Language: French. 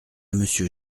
monsieur